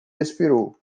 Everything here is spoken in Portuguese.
expirou